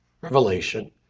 revelation